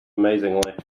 amazingly